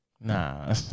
Nah